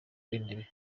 w’intebe